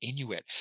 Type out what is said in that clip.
inuit